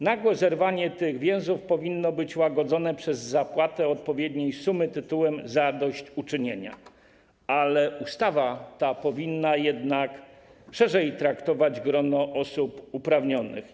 Nagłe zerwanie tych więzi powinno być łagodzone przez zapłatę odpowiedniej sumy tytułem zadośćuczynienia, ale ustawa ta powinna jednak szerzej traktować grono osób do tego uprawnionych.